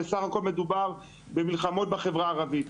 ושסך הכול מדובר במלחמות בחברה הערבית.